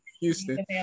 Houston